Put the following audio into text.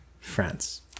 France